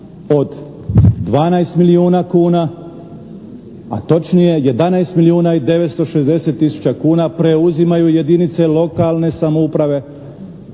od 12 milijuna kuna, a točnije 11 milijuna i 960 tisuća kuna preuzimaju jedinice lokalne samouprave